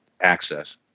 access